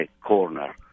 corner